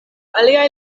aliaj